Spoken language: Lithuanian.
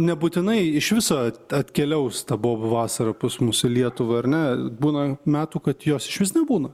nebūtinai iš viso atkeliaus ta bobų vasara pas mus į lietuvą ar ne būna metų kad jos išvis nebūna